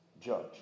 judge